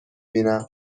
بینم